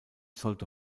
sollte